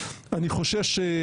אני חושש,